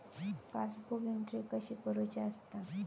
Passbook entry कशी करुची असता?